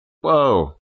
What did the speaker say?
Whoa